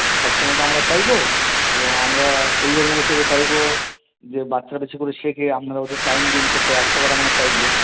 তো সবসময় তো আমরা চাইব এবং আমরা অভিভাবক হিসেবে চাইব যে বাচ্চারা বেশি করে শেখে আপনারা ওদের টাইম দিন সে তো একশো বার আমরা চাইব